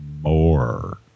more